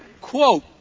quote